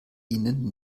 ihnen